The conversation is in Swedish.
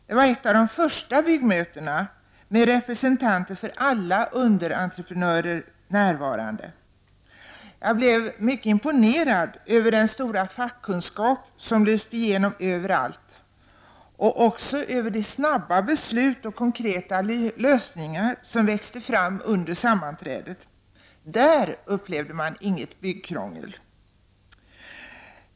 Det var ett av de första byggmötena med representanter för alla underentreprenörer närvarande. Jag blev mycket imponerad över den stora fackkunskap som lyste igenom överallt och också över de snabba beslut och konkreta lösningar som växte fram under sammanträdet. Där upplevde man inget byggkrångel.